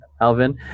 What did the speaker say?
Alvin